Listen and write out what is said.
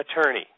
attorney